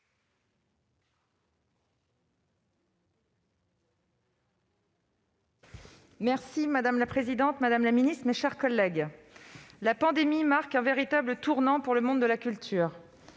Madame la présidente, madame la ministre, mes chers collègues, la pandémie marque un véritable tournant pour le monde de la culture.